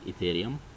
Ethereum